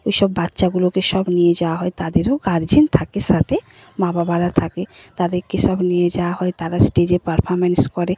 ওই সব বাচ্চাগুলোকে সব নিয়ে যাওয়া হয় তাদেরও গার্জেন থাকে সাথে মা বাবারা থাকে তাদেরকে সব নিয়ে যাওয়া হয় তারা স্টেজে পারফরমেন্স করে